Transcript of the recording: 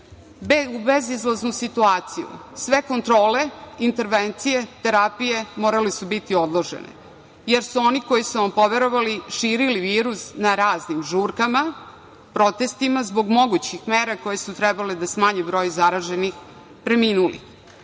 u bezizlaznu situaciju. Sve kontrole, intervencije, terapije morale su biti odložene, jer su oni koji su vam poverovali širili virus na raznim žurkama, protestima zbog mogućih mera koje su trebale da smanje broj zaraženih preminuli.